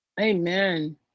Amen